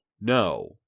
No